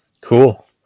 cool